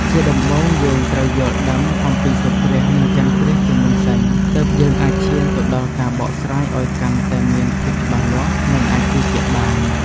ជាដំបូងយើងត្រូវយល់ដឹងអំពីសូរ្យគ្រាស នឹងចន្ទគ្រាសជាមុនសិន ទើបយើងអាចឈានទៅដល់ការបកស្រាយអោយកាន់តែមានភាពច្បាស់លាស់ នឹងអាចជឿជាក់បាន ។